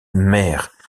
mère